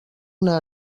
una